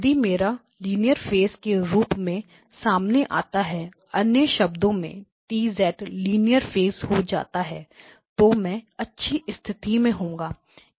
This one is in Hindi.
यदि मेरा लीनियर फेस के रूप में सामने आता है अन्य शब्दों में T लीनियर फेस हो जाता है तो मैं अच्छी स्थिति में होगा